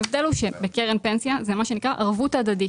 ההבדל הוא שבקרן פנסיה זה מה שנקרא ערבות הדדית.